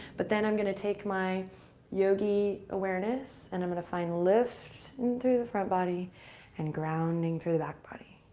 but then i'm going to take my yogie awareness and i'm going to find lift and through the front body and grounding through the back body.